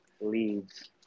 leaves